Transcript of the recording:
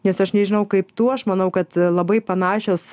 nes aš nežinau kaip tu aš manau kad labai panašios